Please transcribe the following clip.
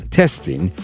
testing